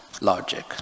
logic